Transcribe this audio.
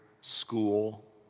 school